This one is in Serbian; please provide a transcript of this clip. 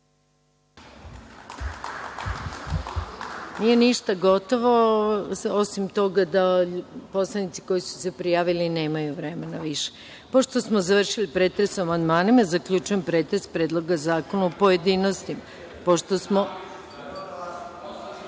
Nije ništa gotovo, osim toga da poslanici koji su se prijavili, nemaju više vremena. Pošto smo završili pretres o amandmanima, zaključujem pretres Predloga zakona u pojedinostima.(Saša